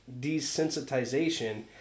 desensitization